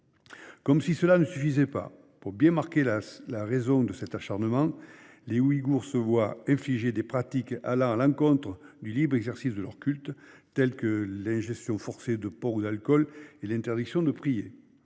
Comme si cela ne suffisait pas, pour que soit bien marquée la raison de cet acharnement, les Ouïghours se voient infliger des pratiques allant à l'encontre du libre exercice de leur culte, comme l'ingestion forcée de porc ou d'alcool et l'interdiction de prier.